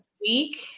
week